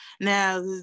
Now